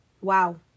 wow